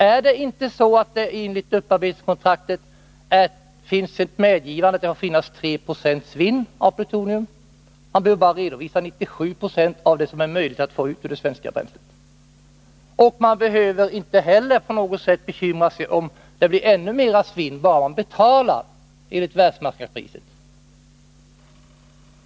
Är det inte så, att det enligt upparbetningskontraktet finns ett medgivande om att det får vara ett svinn på 3 26 av plutoniet? Man behöver bara redovisa 97 20 av den mängd plutonium som är möjlig att få ut ur det svenska kärnbränsleavfallet. Och man behöver inte heller bekymra sig om att det kan bli ännu mera svinn, bara man betalar enligt världsmarknadspriset!